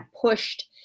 pushed